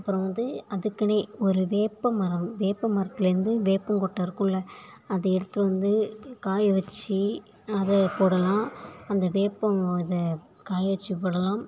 அப்புறம் வந்து அதுக்குன்னே ஒரு வேப்பம் மரம் வேப்பமரத்துலேருந்து வேப்பங்கொட்டை இருக்கும்ல்லை அதை எடுத்துகிட்டு வந்து காய வச்சு அதை போடலாம் அந்த வேப்பம் இதை காய வச்சு போடலாம்